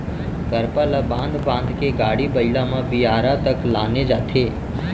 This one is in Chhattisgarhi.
करपा ल बांध बांध के गाड़ी बइला म बियारा तक लाने जाथे